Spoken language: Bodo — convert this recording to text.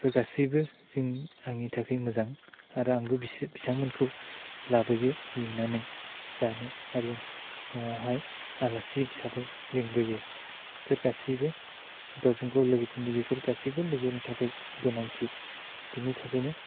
बेफोर गासैबो जों आंनि थाखाय मोजां आरो आंबो बिसोर बिथांमोनखौ लाबोयो लिंनानै जानो आरो न'आवहाय आलासि हिसाबै लेंबोयो बेफोर गासिबो गावजों गाव लोगोफोरनि बेफोर गासिबो लोगोनि थाखाय गोनांथि बिनि थाखायनो